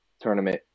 tournament